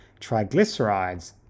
triglycerides